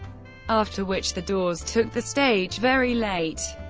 after which the doors took the stage very late.